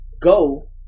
go